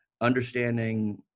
understanding